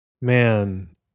Man